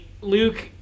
Luke